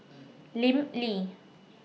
Lim Lee